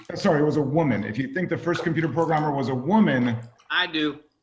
and sorry, it was a woman. if you think the first computer programmer was a woman i do.